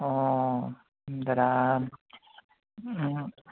অঁ দাদা